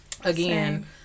again